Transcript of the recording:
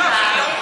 עדיף שאני אשתוק.